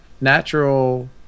Natural